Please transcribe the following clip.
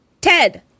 Ted